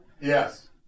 yes